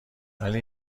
ولی